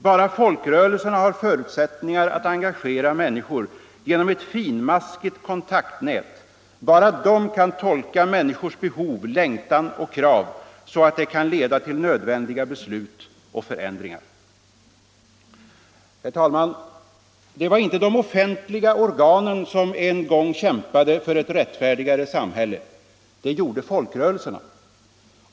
Bara folkrörelserna har förutsättningar att engagera människor genom ett finmaskigt kontaktnät, bara de kan tolka människors behov, längtan och krav, så att det kan leda till nödvändiga beslut och förändringar.” Herr talman! Det var inte de offentliga organen som en gång kämpade för ett rättfärdigare samhälle. Det gjorde folkrörelserna.